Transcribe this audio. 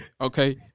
Okay